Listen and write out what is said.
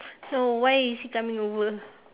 so why is he coming over